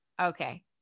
Okay